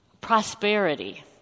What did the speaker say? prosperity